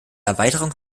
erweiterung